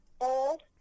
old